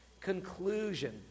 conclusion